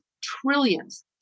trillions